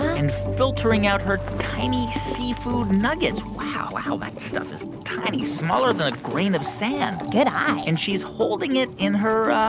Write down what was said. and filtering out her tiny seafood nuggets. wow. that stuff is tiny, smaller than a grain of sand good eye and she's holding it in her.